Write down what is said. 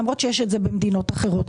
למרות שיש את זה במדינות אחרות.